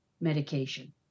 medication